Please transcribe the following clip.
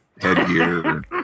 headgear